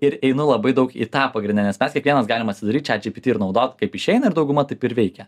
ir einu labai daug į tą pagrinde nes mes kiekvienas galim atsidaryt čat džipiti ir naudot kaip išeina ir dauguma taip ir veikia